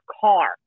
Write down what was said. car